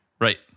Right